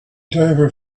diver